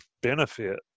benefit